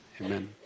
Amen